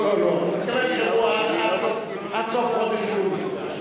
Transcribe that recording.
לא לא לא, אני מתכוון שבוע, עד סוף חודש יוני.